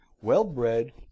well-bred